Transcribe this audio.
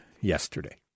yesterday